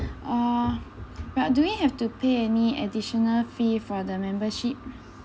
oh but do we have to pay any additional fee for the membership